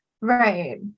Right